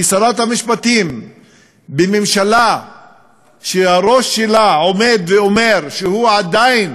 היא שרת המשפטים בממשלה שהראש שלה עומד ואומר שהוא עדיין